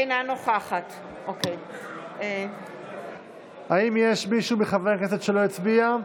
אינה נוכחת האם יש מישהו מחברי הכנסת שלא הצביע?